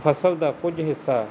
ਫ਼ਸਲ ਦਾ ਕੁਝ ਹਿੱਸਾ